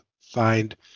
find